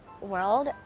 world